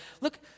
look